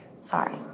sorry